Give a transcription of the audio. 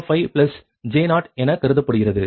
05j0 எனக் கருதப்படுகிறது